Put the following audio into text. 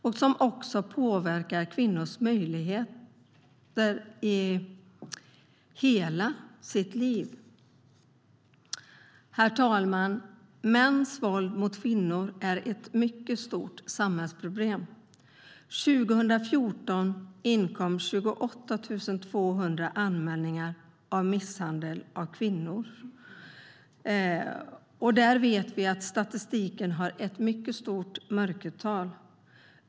Det påverkar också kvinnors möjligheter i hela livet. Herr talman! Mäns våld mot kvinnor är ett mycket stort samhällsproblem. År 2014 inkom 28 200 anmälningar om misshandel av kvinnor. Vi vet att det finns ett stort mörkertal i statistiken.